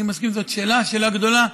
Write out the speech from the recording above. אני מסכים שזאת שאלה, שאלה גדולה,